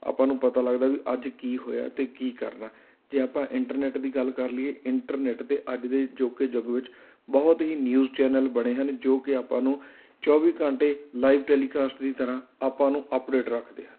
ਆਪਾਂ ਨੂੰ ਪਤਾ ਲੱਗਦਾ ਵੀ ਅੱਜ ਕੀ ਹੋਇਆ ਅਤੇ ਕੀ ਕਰਨਾ ਜੇ ਆਪਾਂ ਇੰਟਰਨੈਟ ਦੀ ਗੱਲ ਕਰ ਲਈਏ ਇੰਟਰਨੈਟ 'ਤੇ ਅੱਜ ਦੇ ਅਜੋਕੇ ਯੁੱਗ ਵਿੱਚ ਬਹੁਤ ਹੀ ਨਿਊਜ਼ ਚੈਨਲ ਬਣੇ ਹਨ ਜੋ ਕਿ ਆਪਾਂ ਨੂੰ ਚੌਵੀ ਘੰਟੇ ਲਾਈਵ ਟੈਲੀਕਾਸਟ ਦੀ ਤਰ੍ਹਾਂ ਆਪਾਂ ਨੂੰ ਅਪਡੇਟ ਰੱਖਦੇ ਹਨ